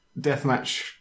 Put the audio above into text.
deathmatch